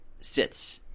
sits